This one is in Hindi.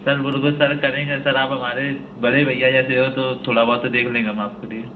सर बिल्कुल सर करेंगे सर आप हमारे बड़े भैया जैसे हो तो थोड़ा बहुत तो देख लेंगे हम आपके लिए